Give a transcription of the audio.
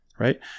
right